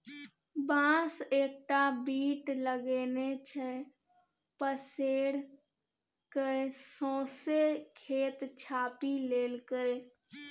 बांस एकटा बीट लगेने छै पसैर कए सौंसे खेत छापि लेलकै